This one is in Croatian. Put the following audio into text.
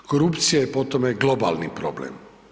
Korupcija je po tome globalni problem.